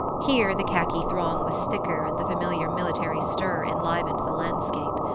here the khaki throng was thicker and the familiar military stir enlivened the landscape.